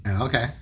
Okay